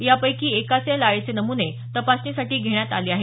यापैकी एकाचे लाळेचे नमूने तपासणीसाठी घेण्यात आले आहेत